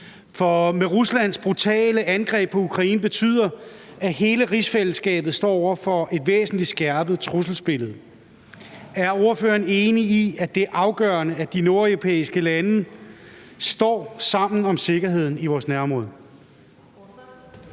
For Ruslands brutale angreb på Ukraine betyder, at hele rigsfællesskabet står over for et væsentlig skærpet trusselsbillede. Er ordføreren enig i, at det er afgørende, at de nordeuropæiske lande står sammen om sikkerheden i vores nærområde?